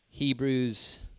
Hebrews